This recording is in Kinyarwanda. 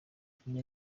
nkeneye